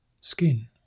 skin